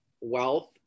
wealth